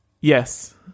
Yes